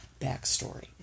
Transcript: backstory